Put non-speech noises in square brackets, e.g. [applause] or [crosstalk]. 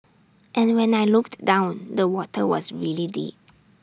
and when I looked down the water was really deep [noise]